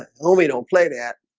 homey. don't play that